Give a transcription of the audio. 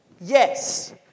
Yes